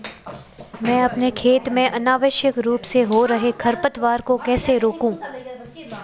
मैं अपने खेत में अनावश्यक रूप से हो रहे खरपतवार को कैसे रोकूं?